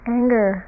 anger